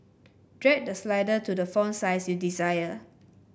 drag the slider to the font size you desire